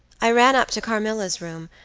i ran up to carmilla's room,